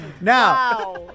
Now